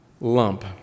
lump